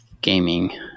gaming